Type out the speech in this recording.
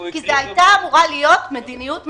כי זו הייתה אמורה להיות מדיניות ממשלתית.